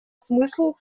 смыслу